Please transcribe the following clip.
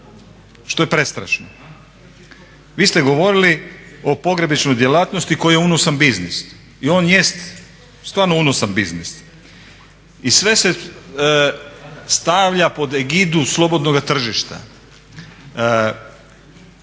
što je prestrašno. Vi ste govorili o pogrebničkoj djelatnosti koja je unosan biznis i on jest stvarno unosan biznis i sve se stavlja pod egidu slobodnoga tržišta.